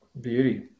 Beauty